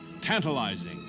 tantalizing